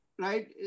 right